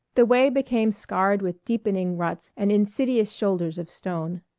the way became scarred with deepening ruts and insidious shoulders of stone.